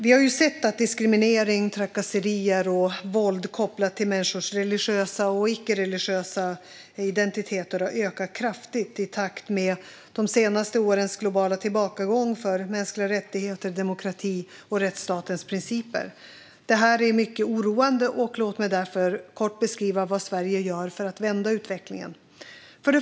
Vi har ju sett att diskriminering, trakasserier och våld kopplat till människors religiösa och icke-religiösa identiteter har ökat kraftigt i takt med de senaste årens globala tillbakagång för mänskliga rättigheter, demokrati och rättsstatens principer. Detta är mycket oroande, och låt mig därför kort beskriva vad Sverige gör för att vända utvecklingen.